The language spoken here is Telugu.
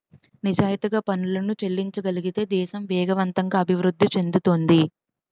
నిజాయితీగా పనులను చెల్లించగలిగితే దేశం వేగవంతంగా అభివృద్ధి చెందుతుంది